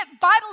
Bibles